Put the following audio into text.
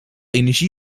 energie